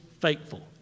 faithful